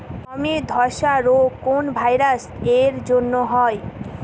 গমের ধসা রোগ কোন ভাইরাস এর জন্য হয়?